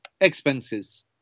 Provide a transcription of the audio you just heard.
expenses